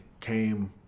came